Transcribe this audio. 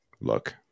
look